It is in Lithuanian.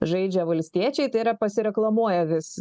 žaidžia valstiečiai tai yra pasireklamuoja vis